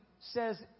says